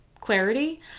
clarity